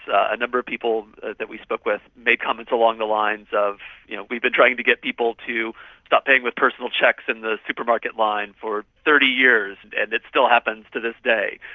number of people that we spoke with made comments along the lines of you know we've been trying to get people to stop paying with personal cheques in the supermarket line for thirty years and it still happens to this day.